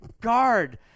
guard